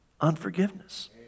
unforgiveness